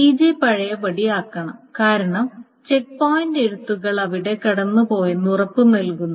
Tj പഴയപടിയാക്കണം കാരണം checkpoint എഴുത്തുകൾ അവിടെ കടന്നുപോയെന്ന് ഉറപ്പ് നൽകുന്നു